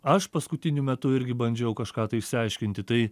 aš paskutiniu metu irgi bandžiau kažką tai išsiaiškinti tai